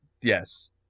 Yes